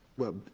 well,